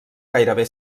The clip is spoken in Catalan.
gairebé